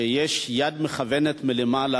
שיש יד מכוונת מלמעלה,